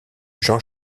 jean